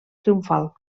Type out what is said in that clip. triomfal